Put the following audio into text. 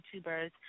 YouTubers